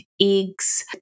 eggs